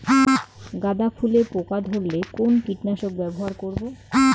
গাদা ফুলে পোকা ধরলে কোন কীটনাশক ব্যবহার করব?